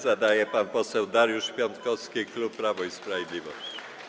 Teraz pan poseł Dariusz Piontkowski, klub Prawo i Sprawiedliwość.